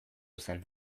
zen